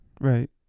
right